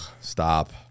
Stop